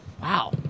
Wow